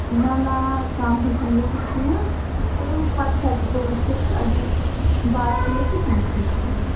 نہَ نہَ کَم ہیٚکہِ نہٕ گژھِتھ کیٚنٛہہ تہٕ پَتہٕ ہیٚکہٕ بہٕ وُچھِتھ اَگر باسہِ مےٚ تہٕ کیٚنٛہہ چھُنہٕ پَرواے